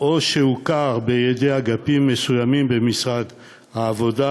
או שהוכר בידי אגפים מסוימים במשרד העבודה,